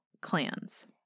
clans